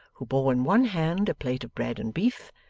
who bore in one hand a plate of bread and beef,